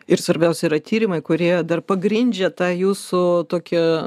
ir svarbiausia yra tyrimai kurie dar pagrindžia tą jūsų tokią